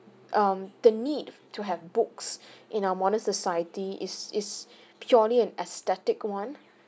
um the need to have books in our modern society is is purely an aesthetic one